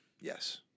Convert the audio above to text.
Yes